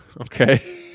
okay